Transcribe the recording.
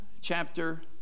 chapter